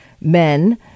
men